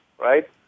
right